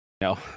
No